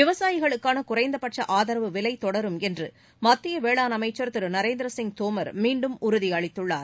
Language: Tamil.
விவசாயிகளுக்கான குறைந்தபட்ச ஆதரவு விலை தொடரும் என்று மத்திய வேளாண் அமைச்சர் திரு நரேந்திர சிங் தோமர் மீண்டும் உறுதி அளித்துள்ளார்